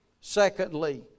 Secondly